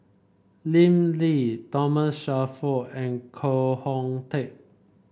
Lim Lee Thomas Shelford and Koh Hoon Teck